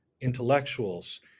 intellectuals